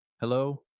Hello